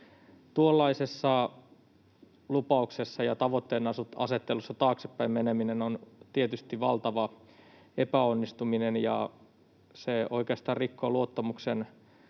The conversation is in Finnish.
Tuollaisessa lupauksessa ja tavoitteenasettelussa taaksepäin meneminen on tietysti valtava epäonnistuminen, ja se oikeastaan rikkoo luottamuksensuojan